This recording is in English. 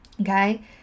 Okay